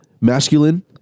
masculine